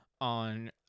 on